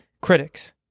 critics